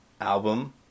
album